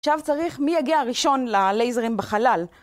עכשיו צריך מי יגיע הראשון ללייזרים בחלל.